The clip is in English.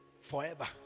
Forever